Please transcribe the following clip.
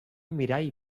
mirall